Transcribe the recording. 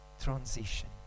transition